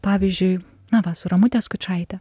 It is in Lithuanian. pavyzdžiui na va su ramute skučaite